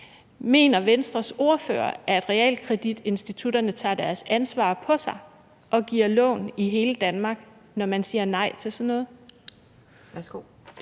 Mener Venstres ordfører, at realkreditinstitutterne tager deres ansvar på sig og giver lån i hele Danmark, når man siger nej til sådan noget?